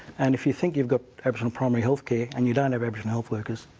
and if you think you've got aboriginal primary healthcare and you don't have aboriginal health workers,